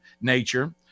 nature